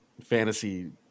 fantasy